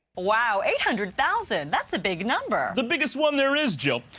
wow, eight hundred thousand. that's a big number. the biggest one there is, jill.